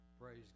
Praise